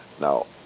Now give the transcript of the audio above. Now